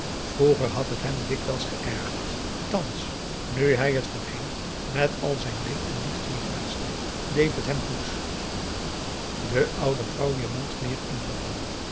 vroeger had het hem dikwijls geërgerd thans nu hij het voorheen met al zijn leed en lief terugwenschte deed het hem goed de oude vrouw wier mond meer ingevallen